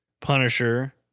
Punisher